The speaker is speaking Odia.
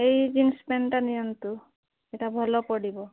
ଏଇ ଜିନ୍ସ୍ ପ୍ୟାଣ୍ଟ୍ଟା ନିଅନ୍ତୁ